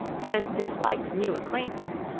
and disliked new acquaintance,